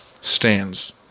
stands